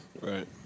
right